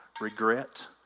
regret